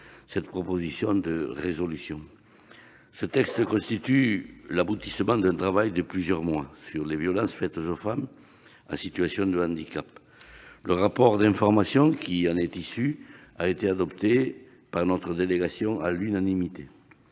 cette proposition de résolution. Ce texte constitue l'aboutissement d'un travail de plusieurs mois sur les violences faites aux femmes en situation de handicap. Le rapport d'information qui en est issu a été adopté par notre délégation à l'unanimité.